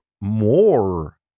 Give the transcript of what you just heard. more